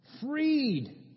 freed